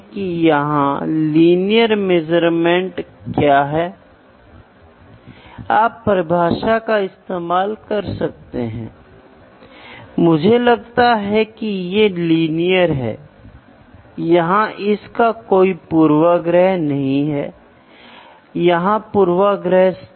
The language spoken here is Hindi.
तो यहां आप मानक डिवाइस में परिवर्तन करके मिलीमीटर को लेने की कोशिश करते हैं और फिर इस डिवाइस का उपयोग आपके द्वारा की गई मापुरंड को मापने और माप लेने के लिए किया जाता है और अंत में आप यह बताने की कोशिश करते हैं कि यह परिणाम 02 मिलीमीटर है